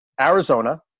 Arizona